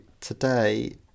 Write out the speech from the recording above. today